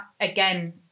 again